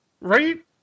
right